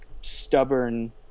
stubborn